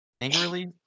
Angrily